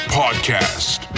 podcast